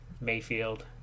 Mayfield